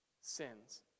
sins